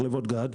מחלבות גד,